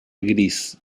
gris